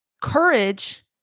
Courage